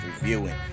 reviewing